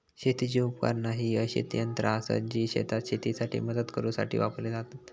शेतीची उपकरणा ही अशी यंत्रा आसत जी शेतात शेतीसाठी मदत करूसाठी वापरली जातत